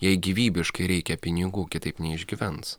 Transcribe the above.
jai gyvybiškai reikia pinigų kitaip neišgyvens